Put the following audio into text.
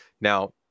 Now